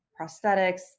prosthetics